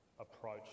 approach